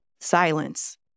Silence